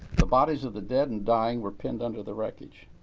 the bodies of the dead and dying were pinned under the wreckage.